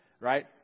Right